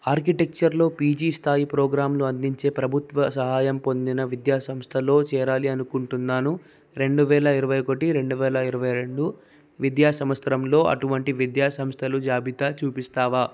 ఆర్కిటెక్చర్లో పీజీ స్థాయి ప్రోగ్రామ్లు అందించే ప్రభుత్వ సహాయం పొందిన విద్యాసంస్థలో చేరాలి అనుకుంటున్నాను రెండు వేల ఇరవై ఒకటి రెండు వేల ఇరవై రెండు విద్యా సంవత్సరంలో అటువంటి విద్యాసంస్థలు జాబితా చూపిస్తావా